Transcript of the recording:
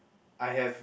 I have